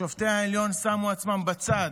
שופטי העליון שמו עצמם בצד,